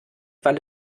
weil